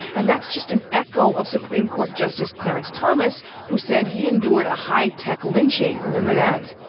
and that's just an echo of supreme court justice clarence thomas who said he endured a high tech lynching. remember that?